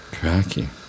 Cracking